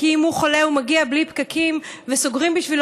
כי אם הוא חולה הוא מגיע בלי פקקים וסוגרים בשבילו